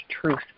truth